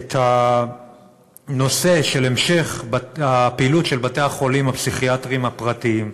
את הנושא של המשך פעילות בתי-החולים הפסיכיאטריים הפרטיים.